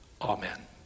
Amen